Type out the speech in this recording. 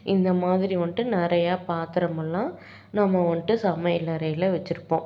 இந்த மாதிரி வந்துட்டு நிறையா பாத்திரமெல்லாம் நம்ம வந்துட்டு சமையல் அறையில் வெச்சுருப்போம்